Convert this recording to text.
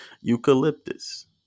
eucalyptus